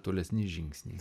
tolesni žingsniai